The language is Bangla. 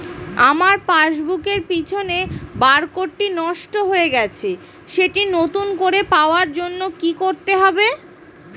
আমার পাসবুক এর পিছনে বারকোডটি নষ্ট হয়ে গেছে সেটি নতুন করে পাওয়ার জন্য কি করতে হবে?